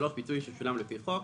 פיצוי ששולם לפי החוק,"